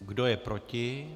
Kdo je proti?